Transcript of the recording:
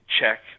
check